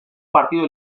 partido